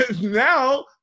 Now –